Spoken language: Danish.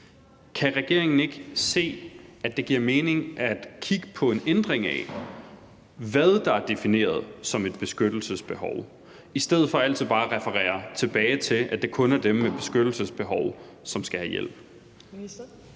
Kan regeringen ikke se, at det giver mening at kigge på en ændring af, hvad der er defineret som et beskyttelsesbehov, i stedet for altid bare at referere til, at det kun er dem med beskyttelsesbehov, som skal have hjælp?